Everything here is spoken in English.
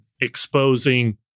exposing